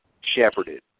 shepherded